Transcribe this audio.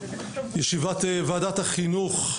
ישיבת ועדת החינוך,